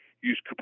Use